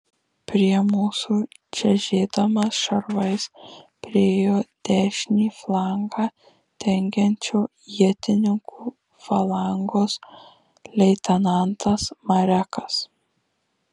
prie mūsų čežėdamas šarvais priėjo dešinį flangą dengiančio ietininkų falangos leitenantas marekas